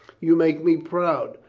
you make me proud.